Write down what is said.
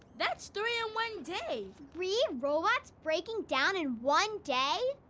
that's three one day! three robots breaking down in one day?